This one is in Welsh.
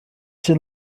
sydd